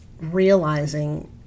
realizing